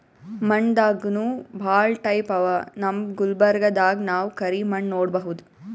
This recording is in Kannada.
ಮಣ್ಣ್ ದಾಗನೂ ಭಾಳ್ ಟೈಪ್ ಅವಾ ನಮ್ ಗುಲ್ಬರ್ಗಾದಾಗ್ ನಾವ್ ಕರಿ ಮಣ್ಣ್ ನೋಡಬಹುದ್